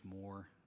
more